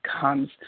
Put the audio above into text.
comes